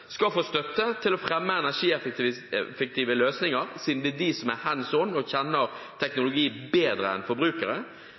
skal få støtte til å fremme energieffektive løsninger siden det er de som er «hands on» og kjenner